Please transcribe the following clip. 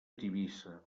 tivissa